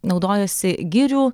naudojosi girių